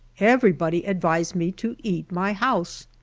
everybody advised me to eat my house.